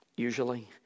usually